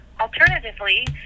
Alternatively